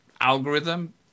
algorithm